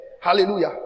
Hallelujah